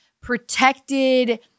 protected